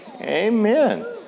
Amen